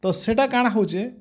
ତ ସେଇଟା କାଣ୍ ହଉଛେ